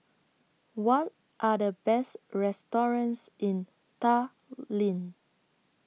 What Are The Best restaurants in Tallinn